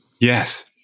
Yes